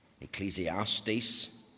Ecclesiastes